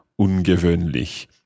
ungewöhnlich